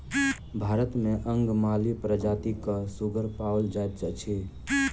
भारत मे अंगमाली प्रजातिक सुगर पाओल जाइत अछि